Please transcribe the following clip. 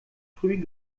früh